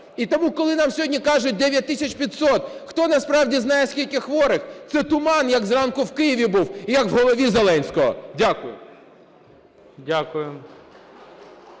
І тому, коли нам сьогодні кажуть 9 тисяч 500, хто насправді знає скільки хворих? Це туман, як зранку в Києві був і як в голові Зеленського. Дякую.